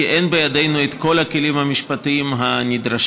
כי אין בידינו את כל הכלים המשפטיים הנדרשים.